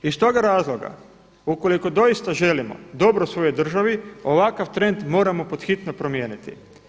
Iz toga razloga ukoliko doista želimo dobro svojoj državi ovakav trend moramo pod hitno promijeniti.